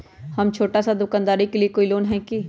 हम छोटा सा दुकानदारी के लिए कोई लोन है कि?